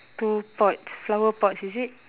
two pots flower pots is it